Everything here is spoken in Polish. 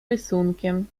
rysunkiem